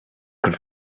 could